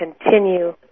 continue